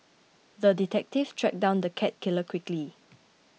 the detective tracked down the cat killer quickly